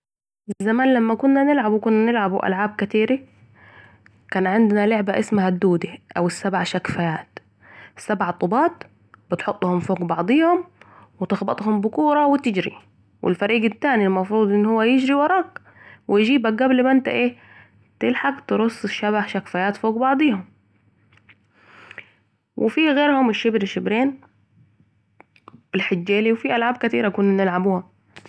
زمان لما كنا نلعب كنا نلعب والعاب كثير كان عندنا لعبه اسمها الدوده اوسبع شكفايات سبع طوبات بتحطهم فوق بعضيهم وتخبطهم بكره وتجري والفريق الثاني مفروض يجري وراك ويجيبك قبل ما انت ايه تلحق ترس السبع شكفايات فوق بعضيهم ,و في الشبر شبرين و الحجيله في العاب كتيرة كنا نلعبوها